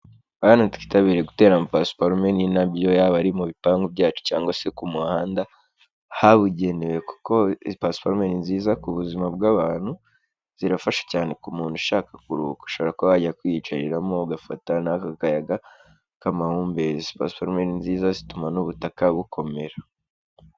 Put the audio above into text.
Bantu twitabire gutera amapasiparume n'indabyo, yaba ari mu bipangu byacu cyangwase ku muhanda habugenewe, kuko pasiparume ni nziza ku buzima bw'abantu, zirafasha cyane ku muntu ushaka kuruhuka, ushobora kuba wajya kwiyicariramo ugafata n'aka kayaga k'amahumbezi, pasiparume ni nziza zituma n'ubutaka bukomera.